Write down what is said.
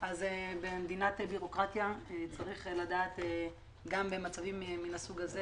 אז במדינת בירוקרטיה צריך לדעת גם במצבים מהסוג הזה